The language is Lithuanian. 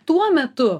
tuo metu